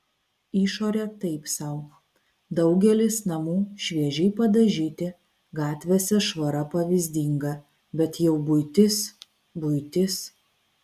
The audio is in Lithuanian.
išorė taip sau daugelis namų šviežiai padažyti gatvėse švara pavyzdinga bet jau buitis buitis